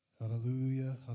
Hallelujah